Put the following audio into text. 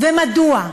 ומדוע?